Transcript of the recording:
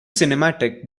cinematic